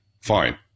fine